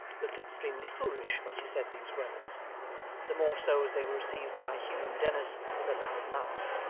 looked extremely foolish when she said these words the more so, as they were received by hugh and dennis with a loud laugh,